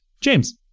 James